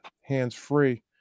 hands-free